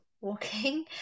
walking